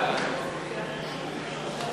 ש"ס